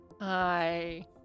Hi